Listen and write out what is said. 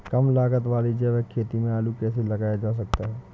कम लागत वाली जैविक खेती में आलू कैसे लगाया जा सकता है?